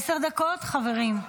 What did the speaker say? עשר דקות, חברים?